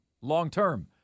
long-term